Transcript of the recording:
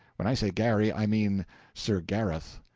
when i say garry i mean sir gareth.